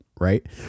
right